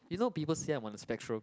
you know people say I'm on the spectrum